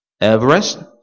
Everest